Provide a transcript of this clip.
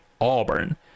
Auburn